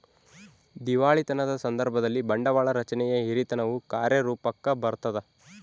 ದಿವಾಳಿತನದ ಸಂದರ್ಭದಲ್ಲಿ, ಬಂಡವಾಳ ರಚನೆಯ ಹಿರಿತನವು ಕಾರ್ಯರೂಪುಕ್ಕ ಬರತದ